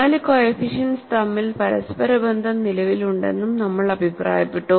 നാല് കോഎഫിഷ്യന്റ്സ് തമ്മിൽ പരസ്പരബന്ധം നിലവിലുണ്ടെന്നും നമ്മൾ അഭിപ്രായപ്പെട്ടു